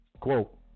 Quote